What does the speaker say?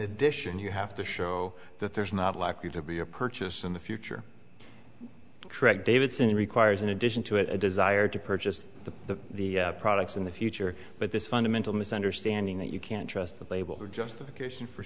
addition you have to show that there's not likely to be a purchase in the future correct davidson requires in addition to a desire to purchase the the products in the future but this fundamental misunderstanding that you can't trust the label or justification for